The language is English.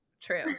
true